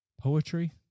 poetry